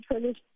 finish